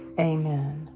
Amen